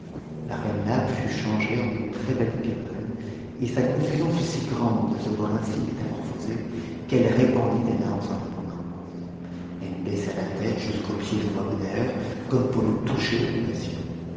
la reine labe fut changée en une très-belle cavale et sa confusion fut si grande de se voir ainsi métamorphosée qu'elle répandit des larmes en abondance elle baissa la tête jusqu'aux pieds du loi beder comme pour le toucher de compassion